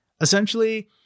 Essentially